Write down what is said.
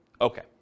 Okay